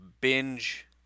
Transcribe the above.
binge